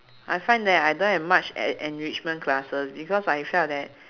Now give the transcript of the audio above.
I find that I don't have much en~ enrichment classes because I felt that